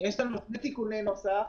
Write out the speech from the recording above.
יש לנו שני תיקוני נוסח.